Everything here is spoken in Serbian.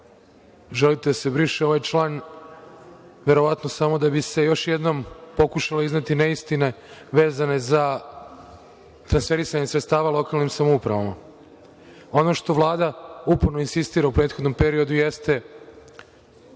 želite da se briše ovaj član verovatno samo da biste samo još jednom pokušali izneti neistine vezane za transferisanje sredstava lokalnim samoupravama. Ono što Vlada uporno insistira u prethodnom periodu jeste